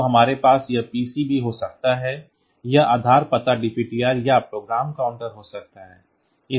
तो हमारे पास यह PC भी हो सकता है यह आधार पता DPTR या प्रोग्राम काउंटर हो सकता है